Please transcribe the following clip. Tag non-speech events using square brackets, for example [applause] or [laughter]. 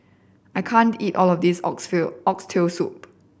I can't eat all of this [unintelligible] Oxtail Soup